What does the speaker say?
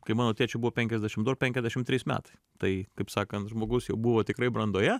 kai mano tėčiui buvo penkiasdešim du ar penkiasdešim trys metai tai kaip sakant žmogus jau buvo tikrai brandoje